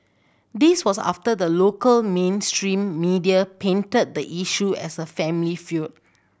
this was after the local mainstream media painted the issue as a family feud